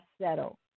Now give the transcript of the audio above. settle